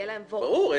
ברור.